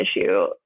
issue